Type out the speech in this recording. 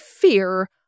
fear